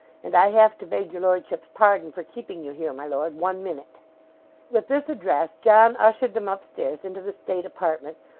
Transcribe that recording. and i have to beg your lordship's pardon for keeping you here, my lord, one minute with this address, john ushered them upstairs into the state apartment,